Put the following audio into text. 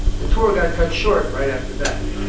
the tour got cut short right after that.